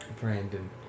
Brandon